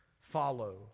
Follow